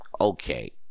Okay